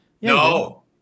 No